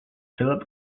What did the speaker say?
philip